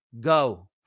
Go